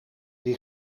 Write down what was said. die